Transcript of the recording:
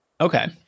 Okay